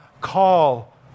call